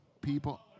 people